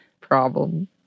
problem